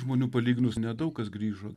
žmonių palyginus nedaug kas grįžo